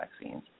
vaccines